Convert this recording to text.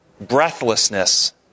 Breathlessness